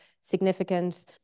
significant